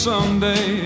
Someday